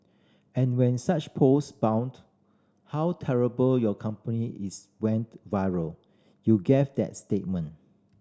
and when such post bout how terrible your company is went viral you gave that statement